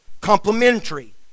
complementary